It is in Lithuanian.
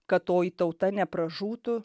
kad toji tauta nepražūtų